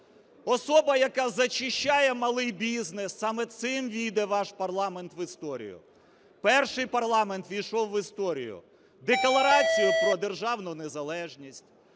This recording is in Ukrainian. особа, яка зачищає малий бізнес, саме цим ввійде ваш парламент в історію. Перший парламент увійшов в історію Декларацією про державну незалежність,